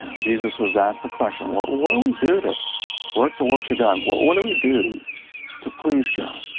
jesus was asked the question. what what do we do to work the works of god? what what do we do to please go?